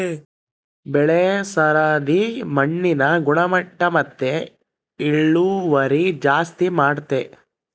ಬೆಳೆ ಸರದಿ ಮಣ್ಣಿನ ಗುಣಮಟ್ಟ ಮತ್ತೆ ಇಳುವರಿ ಜಾಸ್ತಿ ಮಾಡ್ತತೆ